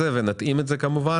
בתאריך העברי, ב' בסיון התשפ"ו.